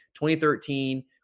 2013